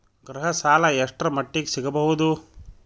ಗೃಹ ಸಾಲ ಎಷ್ಟರ ಮಟ್ಟಿಗ ಸಿಗಬಹುದು?